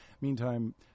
Meantime